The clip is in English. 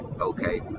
okay